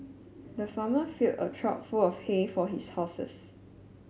the farmer filled a trough full of hay for his horses